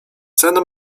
ceny